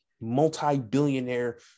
multi-billionaire